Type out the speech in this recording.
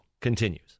continues